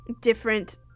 Different